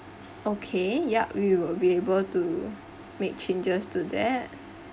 okay yup we will be able to make changes to that